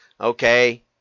Okay